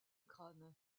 crâne